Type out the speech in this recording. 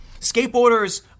skateboarders